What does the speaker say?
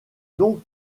donc